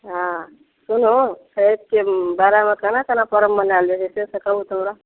हँ सुनु कहै छी छठि छै केना केना परब मनाएल जाइ है से तऽ कहू तऽ हमरा